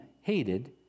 hated